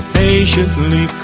patiently